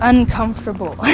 uncomfortable